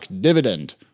dividend